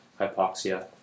hypoxia